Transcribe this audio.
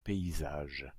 paysages